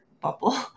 bubble